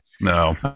No